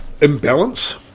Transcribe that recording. imbalance